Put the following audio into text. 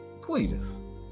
cletus